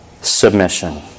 submission